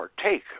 partake